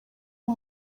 uyu